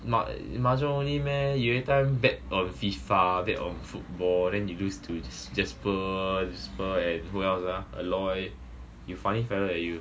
mah~ mahjong only meh you every time bet on FIFA bet on football then you lose to jasper jasper and who else ah alot you funny fella leh you